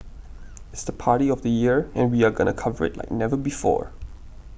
it's the party of the year and we are going to cover it like never before